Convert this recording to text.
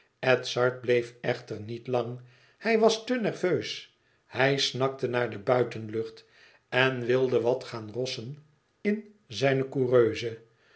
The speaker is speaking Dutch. edzard bleef echter niet lang hij was te nerveus hij snakte naar de buitenlucht en wilde wat gaan rossen in zijne coureuse